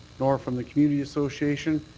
nor from the community association,